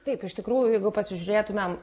taip iš tikrųjų jeigu pasižiūrėtumėm